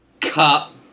Cop